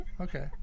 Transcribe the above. okay